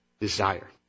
desire